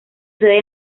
sede